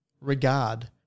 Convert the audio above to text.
regard